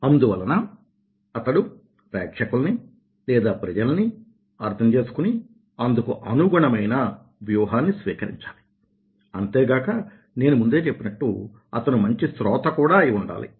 అందువలన అతడు ప్రేక్షకులని లేదా ప్రజలని అర్థం చేసుకుని అందుకు అనుగుణమైన వ్యూహాన్ని స్వీకరించాలి అంతేకాక నేను ముందే చెప్పినట్లు అతను మంచి శ్రోత కూడా అయి ఉండాలి